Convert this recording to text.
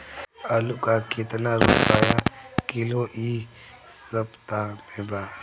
आलू का कितना रुपया किलो इह सपतह में बा?